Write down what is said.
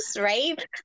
right